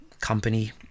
company